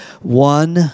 One